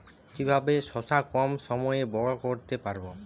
কিভাবে শশা কম সময়ে বড় করতে পারব?